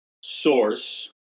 source